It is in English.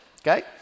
okay